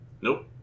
Nope